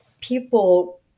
people